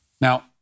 Now